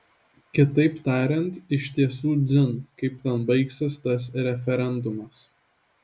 kitaip tariant iš tiesų dzin kaip ten baigsis tas referendumas